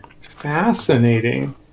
Fascinating